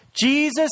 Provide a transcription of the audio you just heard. Jesus